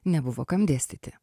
nebuvo kam dėstyti